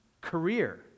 career